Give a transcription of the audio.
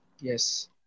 yes